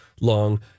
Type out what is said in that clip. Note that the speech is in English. long